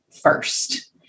first